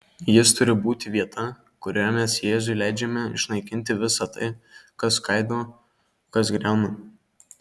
jis turi būti vieta kurioje mes jėzui leidžiame išnaikinti visa tai kas skaido kas griauna